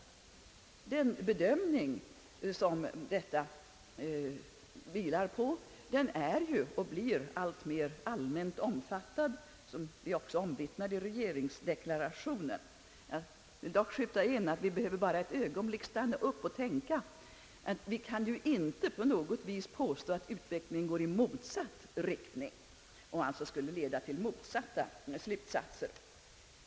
Den bedömning om minskade risker, som tillåtit detta, är ju och blir alltmer allmänt omfattad, vilket också är omvittnat i regeringsdeklarationen. — Jag vill här skjuta in en tankeställare, nämligen att ju ingen kan påstå, att utvecklingen går i motsatt riktning och alltså rättfärdiga motsatta slutsatser.